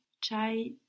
chai